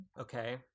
okay